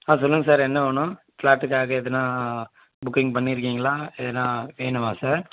ஆ சொல்லுங்க சார் என்ன வேணும் ஃப்ளாட்டுக்காக எதுனா புக்கிங் பண்ணிருக்கீங்களா எதுனா வேணுமா சார்